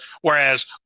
Whereas